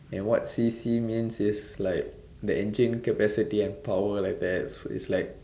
and what C_C means is like the engine capacity and power like that so it's like